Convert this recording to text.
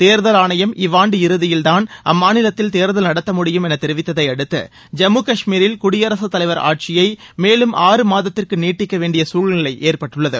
தேர்தல் ஆணையம் இவ்வாண்டு இறுதியில் தான் அம்மாநிலத்தில் தேர்தல் நடத்த முடியும் என தெரிவித்ததை அடுத்து ஜம்மு காஷ்மீரில் குடியரசுத் தலைவர் ஆட்சியை மேலும் ஆறு மாதத்திற்கு நீட்டிக்க வேண்டிய குழ்நிலை ஏற்பட்டுள்ளது